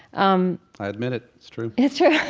um, i admit it. it's true it's true.